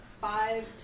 five